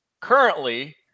currently